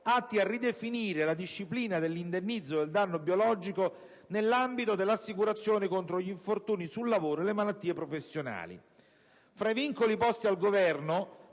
atti a ridefinire la disciplina dell'indennizzo del danno biologico nell'ambito dell'assicurazione contro gli infortuni sul lavoro e le malattie professionali. Fra i vincoli posti al Governo